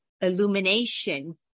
illumination